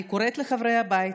אני קוראת לחברי הבית